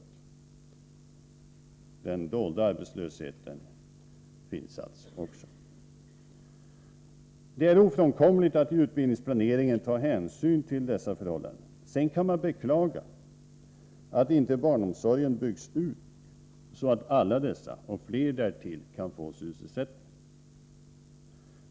Även den dolda arbetslösheten finns alltså här. Det är ofrånkomligt att utbildningsplaneringen tar hänsyn till dessa förhållanden. Sedan kan man beklaga att inte barnomsorgen byggs ut, så att alla dessa människor och fler därtill kan få sysselsättning.